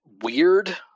weird